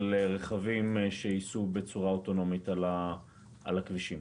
רכבים שייסעו באופן אוטונומי על הכבישים.